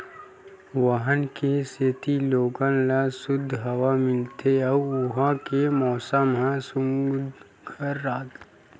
वन के सेती लोगन ल सुद्ध हवा मिलथे अउ उहां के मउसम ह सुग्घर रहिथे